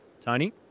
tony